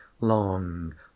long